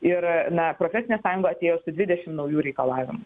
ir na profesinė sąjunga atėjo su dvidešimt naujų reikalavimų